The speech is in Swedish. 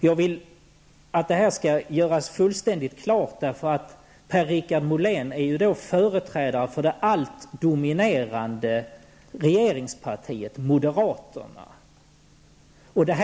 Jag vill att detta skall göras fullständigt klart, eftersom Per-Richard Molén är företrädare för det allt dominerande regeringspartiet, nämligen moderata samlingspartiet.